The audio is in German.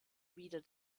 wieder